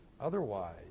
Otherwise